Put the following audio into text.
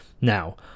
Now